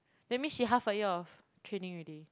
that mean she half a year of training already